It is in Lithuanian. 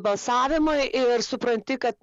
balsavimai ir supranti kad